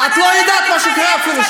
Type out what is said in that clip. את אפילו לא יודעת מה קורה שם.